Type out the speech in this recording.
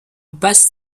basse